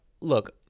look